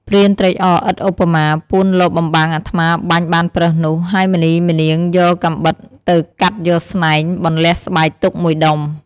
ព្រានត្រេកអរឥតឧបមា ពួនលបបំបាំងអាត្មាបាញ់បានប្រើសនោះ ហើយម្នីម្នាយកកាំបិតទៅកាត់យកស្នែង បន្លះស្បែកទុកមួយដុំ។